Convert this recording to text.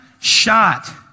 shot